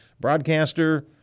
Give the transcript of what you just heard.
broadcaster